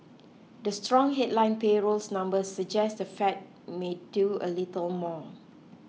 the strong headline payrolls numbers suggest the Fed may do a little more